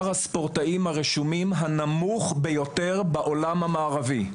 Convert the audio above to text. הספורטאים הרשומים הנמוך ביותר בעולם המערבי.